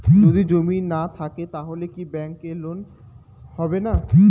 যদি জমি না থাকে তাহলে কি ব্যাংক লোন হবে না?